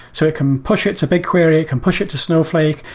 so it can push it to bigquery. it can push it to snowflake.